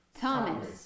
Thomas